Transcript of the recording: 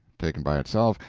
taken by itself,